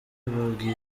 babwiye